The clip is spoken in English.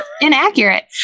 inaccurate